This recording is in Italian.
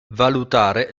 valutare